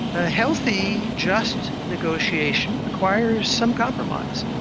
a healthy, just negotiation requires some compromise.